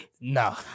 No